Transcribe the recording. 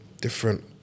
different